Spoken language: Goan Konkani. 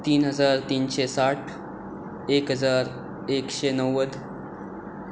तीन हजार तिनशे साठ एक हजार एकशे णव्वद